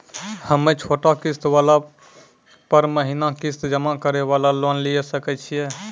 हम्मय छोटा किस्त वाला पर महीना किस्त जमा करे वाला लोन लिये सकय छियै?